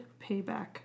payback